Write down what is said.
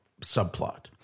subplot